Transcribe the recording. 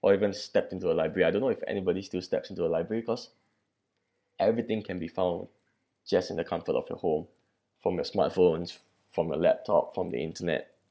I haven't stepped into a library I don't know if anybody still steps into a library because everything can be found just in the comfort of your home from the smartphones from the laptop from the internet